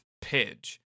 Pidge